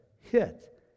hit